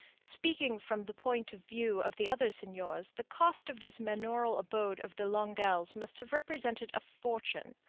speaking from the point of view of the other seigneurs, the cost of this manorial abode of the longueuils must have represented a fortune.